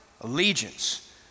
allegiance